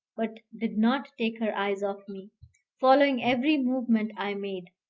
but did not take her eyes off following every movement i made.